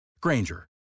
Granger